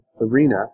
arena